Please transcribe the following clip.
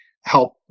help